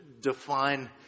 define